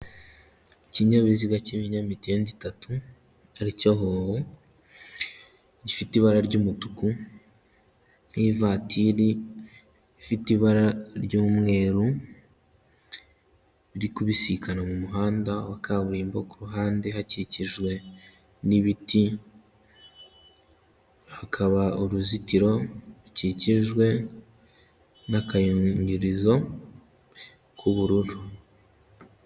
Ikinyabiziga cy'ibinyamitende itatu ari cyo howo, gifite ibara ry'umutuku n'ivatiri, ifite ibara ry'umweru, biri kubisikana mu muhanda wa kaburimbo, ku ruhande hakikijwe n'ibiti, hakaba uruzitiro rukikijwe n'akayungirizo k'ubururu.